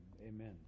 Amen